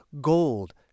gold